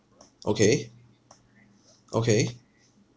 okay okay